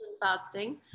fasting